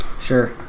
Sure